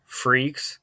freaks